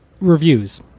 reviews